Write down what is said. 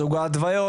סוג ההתוויות,